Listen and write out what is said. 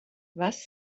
was